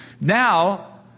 Now